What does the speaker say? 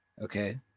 okay